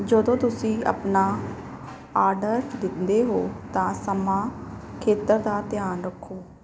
ਜਦੋਂ ਤੁਸੀਂ ਆਪਣਾ ਆਰਡਰ ਦਿੰਦੇ ਹੋ ਤਾਂ ਸਮਾਂ ਖੇਤਰ ਦਾ ਧਿਆਨ ਰੱਖੋ